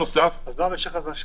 אז מה משך הזמן שנדרש?